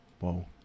Whoa